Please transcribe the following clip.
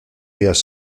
días